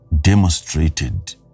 demonstrated